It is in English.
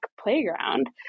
playground